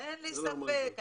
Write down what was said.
אין לי ספק.